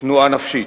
תנועה נפשית.